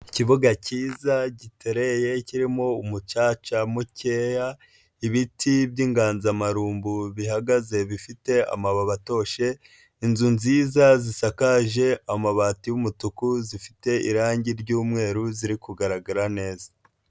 Ikibuga cyiza gitereye kirimo umucaca mukeya, ibiti by'inganzamarumbu bihagaze bifite amababi atoshye, inzu nziza zisakaje amabati y'umutuku, zifite irangi ry'umweru ziri kugaragara neza.